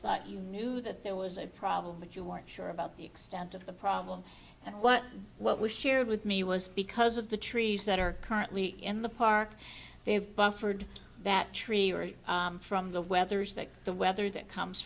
thought you knew that there was a problem but you weren't sure about the extent of the problem and what what was shared with me was because of the trees that are currently in the park they have buffered that tree already from the weather is that the weather that comes